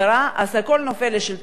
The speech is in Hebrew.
הכול נופל על השלטון המקומי.